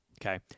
okay